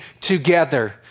together